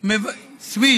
את סעיפי